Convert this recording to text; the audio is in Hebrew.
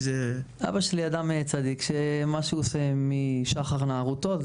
אבא שלי אדם צדיק שמה שהוא עושה משחר נערותו,